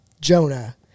Jonah